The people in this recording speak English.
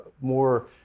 more